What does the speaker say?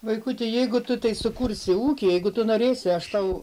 vaikuti jeigu tu tai sukursi ūkį jeigu tu norėsi aš tau